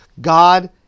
God